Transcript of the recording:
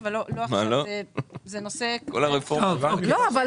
אבל זה נושא חשוב מאוד.